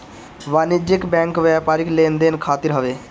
वाणिज्यिक बैंक व्यापारिक लेन देन खातिर हवे